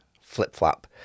flip-flop